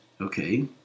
Okay